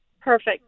Perfect